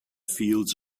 fields